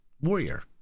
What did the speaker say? Warrior